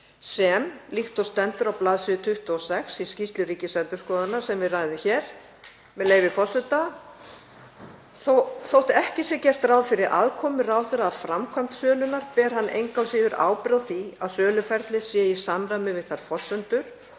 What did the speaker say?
líkt og stendur á bls. 26 í skýrslu Ríkisendurskoðunar sem við ræðum hér, með leyfi forseta: „Þótt ekki sé gert ráð fyrir aðkomu ráðherra að framkvæmd sölunnar ber hann engu að síður ábyrgð á því að söluferlið sé í samræmi við þær forsendur